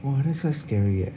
!wah! that's quite scary eh